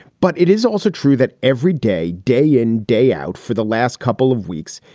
but it is also true that every day, day in, day out, for the last couple of weeks,